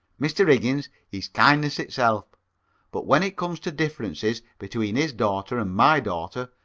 mr. iggins, he's kindness itself but when it comes to differences between his daughter and my daughter,